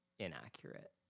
Inaccurate